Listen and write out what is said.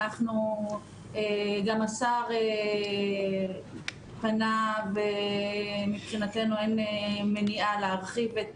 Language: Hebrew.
גם השר פנה ומבחינתנו אין מניעה להרחיב את